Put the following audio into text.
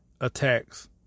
attacks